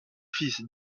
fils